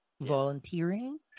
Volunteering